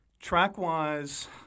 track-wise